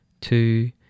Two